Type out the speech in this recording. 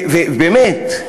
באמת.